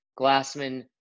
Glassman